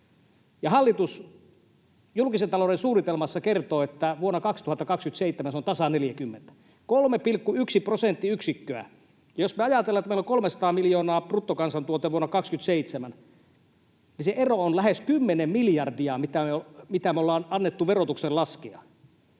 veroja. Julkisen talouden suunnitelmassa hallitus kertoo, että vuonna 2027 se on tasan 40 — 3,1 prosenttiyksikköä vähemmän. Jos me ajatellaan, että meillä on 300 miljardia bruttokansantuote vuonna 27, niin se ero on lähes kymmenen miljardia, mitä me ollaan annettu verotuksen laskea.